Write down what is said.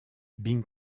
bing